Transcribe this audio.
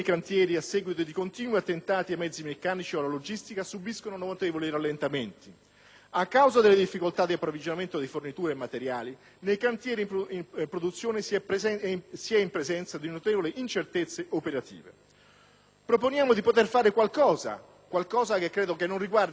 A causa delle difficoltà di approvvigionamento di forniture e materiali, nei cantieri in produzione si è in presenza di notevoli incertezze operative. Proponiamo di fare qualcosa che, credo, non riguardi soltanto noi del Partito Democratico e della minoranza, ma anche la maggioranza.